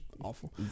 awful